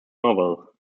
novel